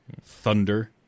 Thunder